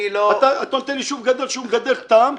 אתה נותן ליישוב גדול שהוא מגדל פטם,